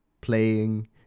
playing